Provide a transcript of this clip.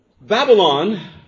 Babylon